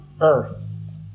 earth